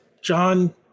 John